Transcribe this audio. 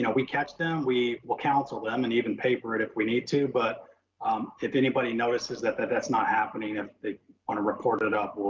you know we catch them, we will counsel them and even paper it if we need to. but um if anybody notices that, that that's not happening, if they want to report it up,